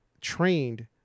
trained